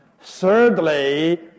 Thirdly